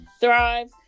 Thrive